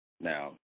Now